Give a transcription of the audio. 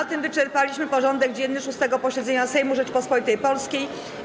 Na tym wyczerpaliśmy porządek dzienny 6. posiedzenia Sejmu Rzeczypospolitej Polskiej.